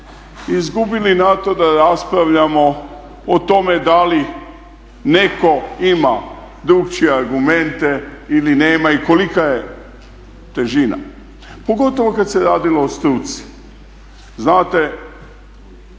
izgubili na to da raspravljamo o tome da li netko ima drukčije argumente ili nema i kolika je težina pogotovo kad se radilo o struci. Znate